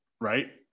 right